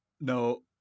No